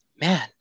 man